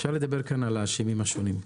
אפשר לדבר כאן על אשמים השונים,